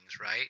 right